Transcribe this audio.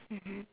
mmhmm